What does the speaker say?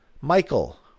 Michael